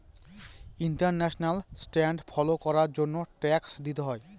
international standard follow করার জন্য tax দিতে হয়